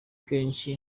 kenshi